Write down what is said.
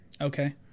Okay